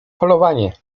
polowanie